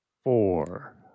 Four